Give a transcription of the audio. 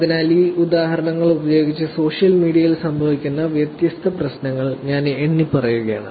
അതിനാൽ ഈ ഉദാഹരണങ്ങൾ ഉപയോഗിച്ച് സോഷ്യൽ മീഡിയയിൽ സംഭവിക്കുന്ന വ്യത്യസ്ത പ്രശ്നങ്ങൾ ഞാൻ എണ്ണിപ്പറയുകയാണ്